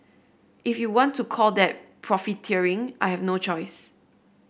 if you want to call that profiteering I have no choice